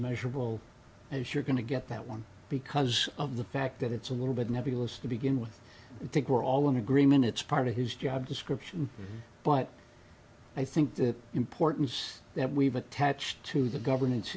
measurable as you're going to get that one because of the fact that it's a little bit nebulous to begin with i think we're all in agreement it's part of his job description but i think the importance that we've attached to the govern